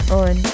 on